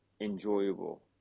enjoyable